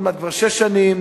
עוד מעט כבר שש שנים,